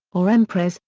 or empress,